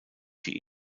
die